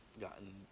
gotten